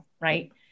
Right